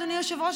אדוני היושב-ראש,